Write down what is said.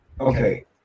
Okay